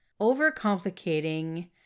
overcomplicating